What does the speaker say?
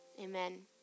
Amen